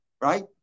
right